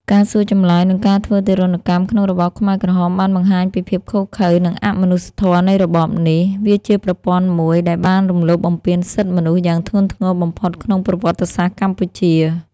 ការសួរចម្លើយនិងការធ្វើទារុណកម្មក្នុងរបបខ្មែរក្រហមបានបង្ហាញពីភាពឃោរឃៅនិងអមនុស្សធម៌នៃរបបនេះ។ វាជាប្រព័ន្ធមួយដែលបានរំលោភបំពានសិទ្ធិមនុស្សយ៉ាងធ្ងន់ធ្ងរបំផុតក្នុងប្រវត្តិសាស្ត្រកម្ពុជា។